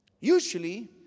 Usually